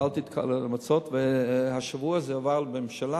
קיבלתי את ההמלצות, השבוע זה עבר בממשלה,